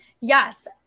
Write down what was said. Yes